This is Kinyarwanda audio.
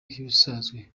nk’ibisanzwe